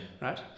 Right